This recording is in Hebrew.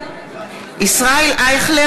(קוראת בשם חבר הכנסת) ישראל אייכלר,